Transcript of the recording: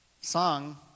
Song